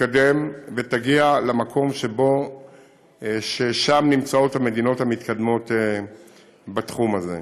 תתקדם ותגיע למקום ששם נמצאות המדינות המתקדמות בתחום הזה.